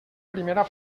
primera